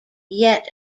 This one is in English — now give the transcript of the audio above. yet